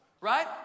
right